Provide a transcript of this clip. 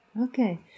Okay